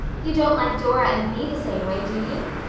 you don't like dora and me the same way, do you?